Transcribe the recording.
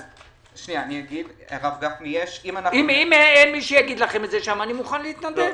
אם אין מי שיגיד לכם את זה שם, אני מוכן להתנדב.